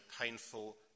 painful